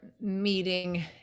meeting